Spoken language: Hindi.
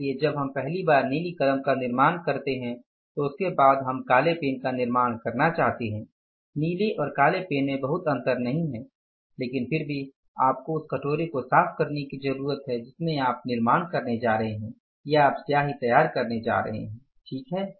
इसलिए जब हम पहली बार नीली कलम का निर्माण करते हैं तो उसके बाद हम काले पेन का निर्माण करना चाहते हैं नीले और काले पेन में बहुत अंतर नहीं है लेकिन फिर भी आपको उस कटोरे को साफ करने की जरूरत है जिसमें आप निर्माण करने जा रहे हैं या आप स्याही तैयार करने जा रहे हैं ठीक है